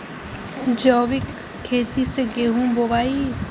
जैविक खेती से गेहूँ बोवाई